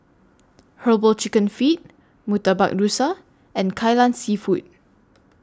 Herbal Chicken Feet Murtabak Rusa and Kai Lan Seafood